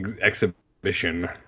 exhibition